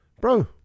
Bro